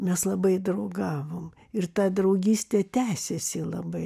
mes labai draugavom ir ta draugystė tęsėsi labai